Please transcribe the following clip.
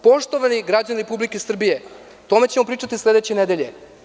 Poštovani građani Republike Srbije, o tome ćemo pričati sledeće nedelje.